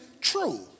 true